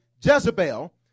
Jezebel